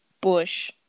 Bush